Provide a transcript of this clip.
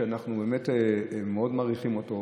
שאנחנו באמת מאוד מעריכים אותו,